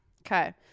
okay